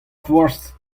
forzh